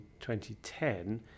2010